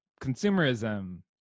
consumerism